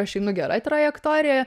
aš einu gera trajektorija